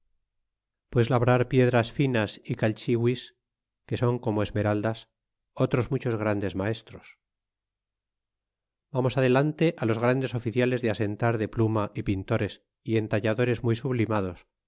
pues labrar piedras finas y calchilmis que son como esmeraldas otros muchos grandes maestros vamos adelante t los grandes oficiales de asentar de pluma y pintores y entalladores muy sublimados